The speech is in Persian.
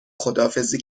خداحافظی